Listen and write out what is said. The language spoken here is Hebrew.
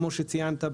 כמו שציינת,